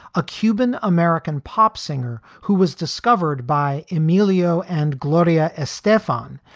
a cuban american pop singer who was discovered by emilio and gloria estefan,